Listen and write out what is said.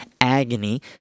agony